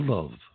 Love